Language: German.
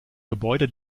gebäude